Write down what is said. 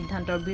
and